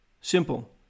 Simple